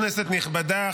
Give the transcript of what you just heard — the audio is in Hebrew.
כנסת נכבדה,